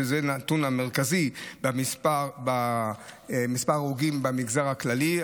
וזה הנתון המרכזי במספר ההרוגים במגזר הכללי,